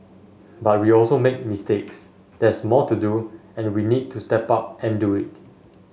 but we also made mistakes there's more to do and we need to step up and do it